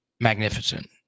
magnificent